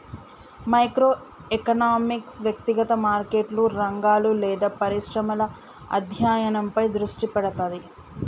micro economics వ్యక్తిగత మార్కెట్లు, రంగాలు లేదా పరిశ్రమల అధ్యయనంపై దృష్టి పెడతది